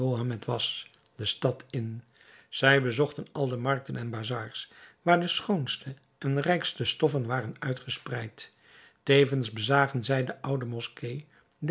mohammed was de stad in zij bezochten al de markten en bazars waar de schoonste en rijkste stoffen waren uitgespreid tevens bezagen zij de oude moskee